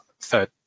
third